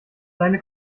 seine